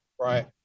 Right